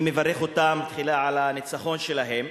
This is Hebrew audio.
אני מברך אותם תחילה על הניצחון שלהם,